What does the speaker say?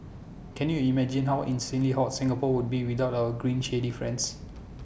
can you imagine how insanely hot Singapore would be without our green shady friends